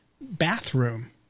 Bathroom